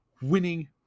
winning